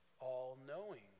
all-knowing